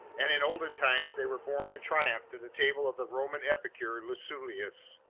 and in olden times they were borne in triumph to the table of the roman epicure lucullus.